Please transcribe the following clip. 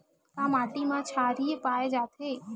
का माटी मा क्षारीय पाए जाथे?